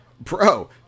bro